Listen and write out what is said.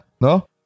No